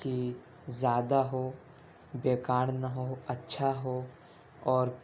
کہ زِیادہ ہو بیکار نہ ہو اچھّا ہو اور